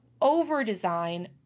over-design